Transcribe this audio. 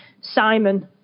Simon